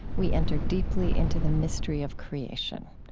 we enter deeply into the mystery of creation.